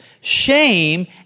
shame